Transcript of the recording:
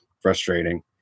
frustrating